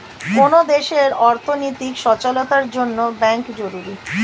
কোন দেশের অর্থনৈতিক সচলতার জন্যে ব্যাঙ্ক জরুরি